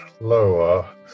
lower